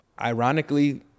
Ironically